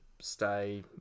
stay